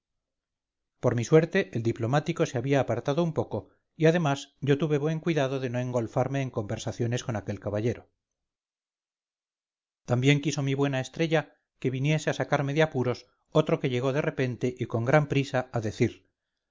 por mi suerte el diplomático se había apartado un poco y además yo tuve buen cuidado de no engolfarme en conversaciones con aquel caballero también quiso mi buena estrella queviniese a sacarme de apuros otro que llegó de repente y con gran prisa a decir